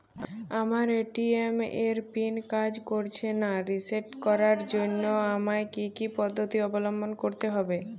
আমার এ.টি.এম এর পিন কাজ করছে না রিসেট করার জন্য আমায় কী কী পদ্ধতি অবলম্বন করতে হবে?